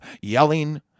yelling